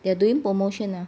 they are doing promotion ah